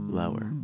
lower